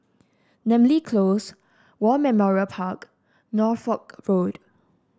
Namly Close War Memorial Park Norfolk Road